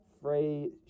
Free